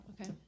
okay